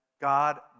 God